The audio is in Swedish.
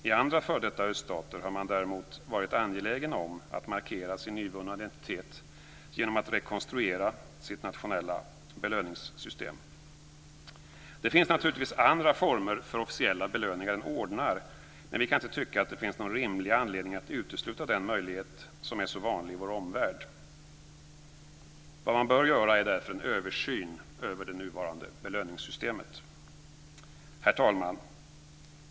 I andra f.d. öststater har man däremot varit angelägna om att markera sina nyvunna identiteter genom att rekonstruera sina nationella belöningssystem. Det finns naturligtvis andra former för officiella belöningar än ordnar, men vi kan inte tycka att det finns någon rimlig anledning att utesluta den möjligheten som är så vanlig i vår omvärld. Man bör därför göra en översyn av det nuvarande belöningssystemet. Herr talman!